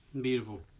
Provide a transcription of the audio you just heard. Beautiful